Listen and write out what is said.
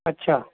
अच्छा